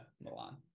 Milan